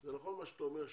זה נכון מה שאתה אומר,